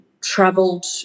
traveled